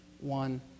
one